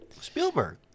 Spielberg